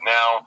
Now